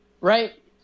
right